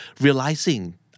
Realizing